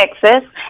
Texas